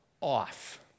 off